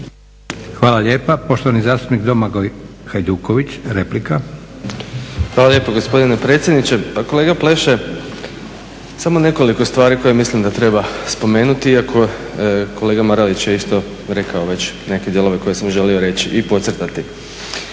Hvala lijepa. Poštovani zastupnik Domagoj Hajduković, replika. **Hajduković, Domagoj (SDP)** Hvala lijepo gospodine predsjedniče. Pa kolega Pleše, samo nekoliko stvari koje mislim da treba spomenuti iako je kolega Marelić rekao već neke dijelove koje sam želio reći i podcrtati.